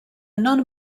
non